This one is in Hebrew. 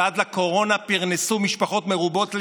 שעד לקורונה פרנסו משפחות מרובות ילדים,